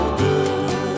good